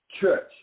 Church